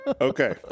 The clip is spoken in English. okay